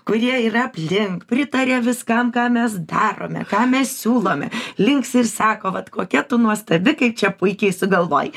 kurie yra aplink pritaria viskam ką mes darome ką mes siūlome linksi ir sako vat kokia tu nuostabi kaip čia puikiai sugalvojai